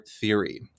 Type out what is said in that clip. theory